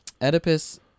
Oedipus